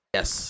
Yes